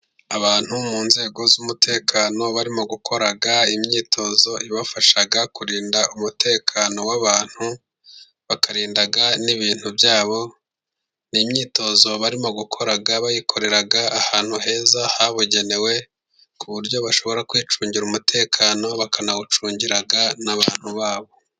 Abantu mu nzego z'umutekano, barimo gukora imyitozo ibafasha kurinda umutekano w'abantu bakarinda n'ibintu byabo. Ni imyitozo barimo gukora bayikorera ahantu heza habugenewe, ku buryo bashobora kwicungira umutekano bakanawucungira n'abantu babo.